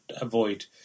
avoid